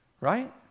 Right